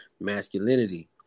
masculinity